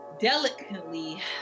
delicately